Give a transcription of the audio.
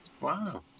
Wow